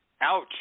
Ouch